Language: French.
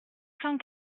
cent